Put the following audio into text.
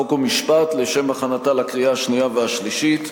חוק ומשפט לשם הכנתה לקריאה השנייה והשלישית.